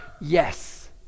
yes